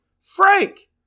Frank